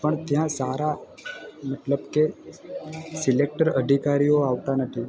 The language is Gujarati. પણ ત્યાં સારા મતલબ કે સિલેક્ટેડ અધિકારીઓ આવતા નથી